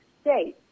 State